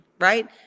right